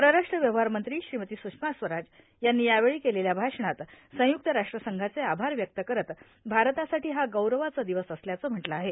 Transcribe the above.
परराष्ट्र व्यवहार मंत्री श्रीमती सुषमा स्वराज यांनी यावेळी केलेल्या भाषणात संयुक्त राष्ट्रसंघाचे आभार व्यक्त करत भारतासाठी हा गौरवाचा दिवस असल्याचं म्हटलं आहे